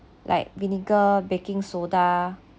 like vinegar baking soda